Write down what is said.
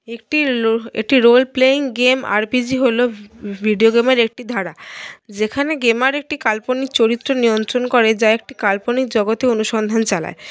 একটি role playing game RPG হল video গেমের একটি ধারা যেখানে গেমার একটি কাল্পনিক চরিত্র নিয়ন্ত্রণ করে যা একটি কাল্পনিক জগতে অনুসন্ধান চালায়